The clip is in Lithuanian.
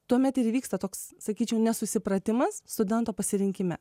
tuomet ir įvyksta toks sakyčiau nesusipratimas studento pasirinkime